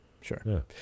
Sure